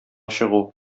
чыгу